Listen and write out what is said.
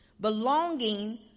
belonging